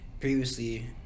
Previously